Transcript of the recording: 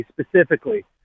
specifically